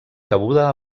cabuda